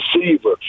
receiver